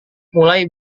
mulai